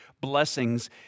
blessings